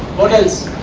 what else?